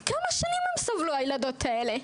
כמה שנים הן סבלו הילדות האלה.